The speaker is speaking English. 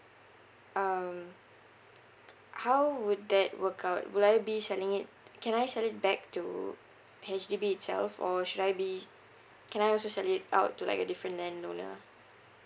um how would that work out will I be selling it can I sell it back to H_D_B itself or should I be s~ can I also sell it out to like a different landowner